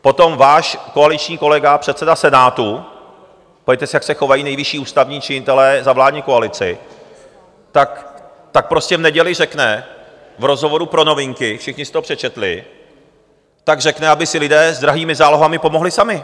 Potom váš koaliční kolega, předseda Senátu, podívejte se, jak se chovají nejvyšší ústavní činitelé za vládní koalici, tak prostě v neděli řekne v rozhovoru pro Novinky, všichni si to přečetli, tak řekne, aby si lidé s drahými zálohami pomohli sami.